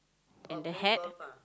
and the hat